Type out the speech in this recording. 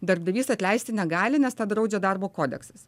darbdavys atleisti negali nes tą draudžia darbo kodeksas